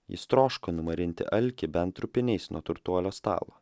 jis troško numarinti alkį bent trupiniais nuo turtuolio stalo